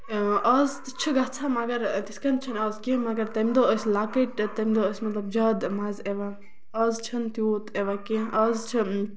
آز تہِ چھِ گژھان مَگر تِتھ کَنۍ چھِنہٕ آز کیٚنہہ مَگر تَمہِ دۄہ ٲسۍ لۄکٔٹۍ تہٕ تَمہِ دۄہ ٲسۍ مطلب زیادٕ مَزٕ یِوان آز چھُنہٕ تیوٗت یِوان کیٚنہہ آز چھُ